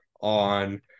on